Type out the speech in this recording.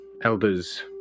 elders